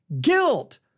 guilt